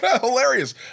Hilarious